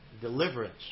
deliverance